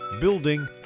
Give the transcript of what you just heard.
building